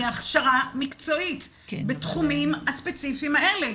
להכשרה מקצועית בתחומם הספציפיים האלה.